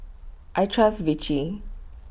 I Trust Vichy